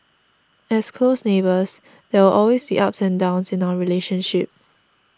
as close neighbours there will always be ups and downs in our relationship